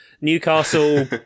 Newcastle